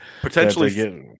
Potentially